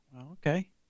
Okay